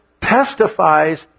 testifies